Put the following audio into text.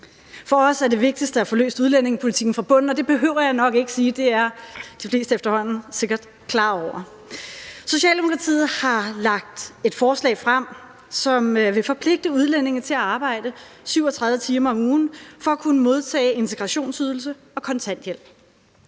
For os er det vigtigste at få løst problemerne med udlændingepolitikken fra bunden, og det behøver jeg nok ikke at sige; det er de fleste sikkert efterhånden klar over. Socialdemokratiet har lagt et forslag frem, som vil forpligte udlændinge til at arbejde 37 timer om ugen for at kunne modtage integrationsydelse og kontanthjælp.